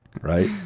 Right